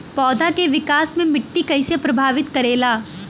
पौधा के विकास मे मिट्टी कइसे प्रभावित करेला?